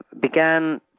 began